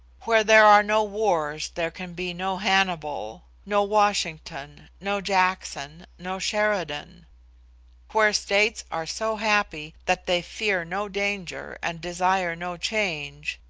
where there are no wars there can be no hannibal, no washington, no jackson, no sheridan where states are so happy that they fear no danger and desire no change,